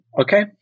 Okay